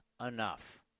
enough